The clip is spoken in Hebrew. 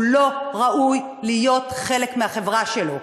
הוא לא ראוי להיות חלק מהחברה שלו.